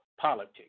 politics